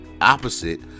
opposite